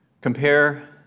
Compare